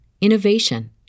innovation